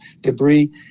debris